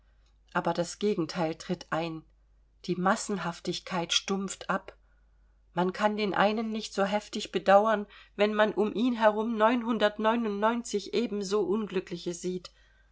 aber das gegenteil tritt ein die massenhaftigkeit stumpft ab man kann den einen nicht so heftig bedauern wenn man um ihn herum ebenso unglückliche sieht